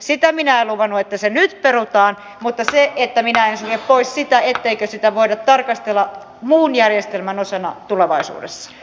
sitä minä en luvannut että se nyt perutaan mutta minä en sulje pois sitä etteikö sitä voida tarkastella muun järjestelmän osana tulevaisuudessa